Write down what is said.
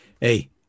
Hey